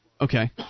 Okay